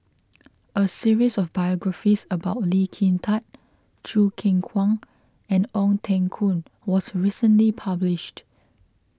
a series of biographies about Lee Kin Tat Choo Keng Kwang and Ong Teng Koon was recently published